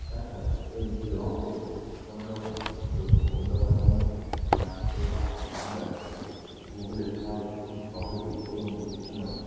তাছাড়াও যদি কেউ আমাদেরকে কোনো রকম একটি তথ্য অন্য ভাষার মধ্যে ট্রান্সলেট করে পাঠায় আমরা সেটিকে গুগলের সাহায্যে খুব সহজেই এবং দ্রুত সময়ে